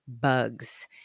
bugs